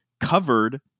covered